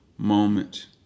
moment